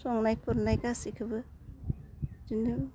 संनाय खुरनाय गासिबखौबो बिदिनो